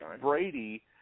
Brady